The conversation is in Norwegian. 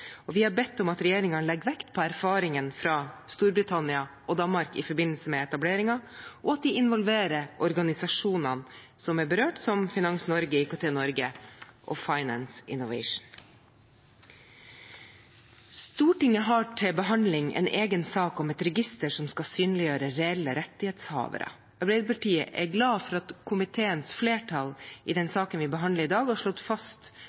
Vi har bedt om at regjeringen skal legge vekt på erfaringer fra Storbritannia og Danmark i forbindelse med etableringen, og at de skal involvere organisasjonene som er berørt, som Finans Norge, IKT-Norge og Finance Innovation. Stortinget har til behandling en egen sak om et register som skal synliggjøre reelle rettighetshavere. Arbeiderpartiet er glad for at komiteens flertall i den saken vi behandler i dag, har slått fast